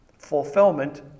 fulfillment